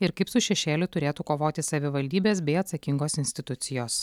ir kaip su šešėliu turėtų kovoti savivaldybės bei atsakingos institucijos